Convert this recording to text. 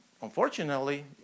unfortunately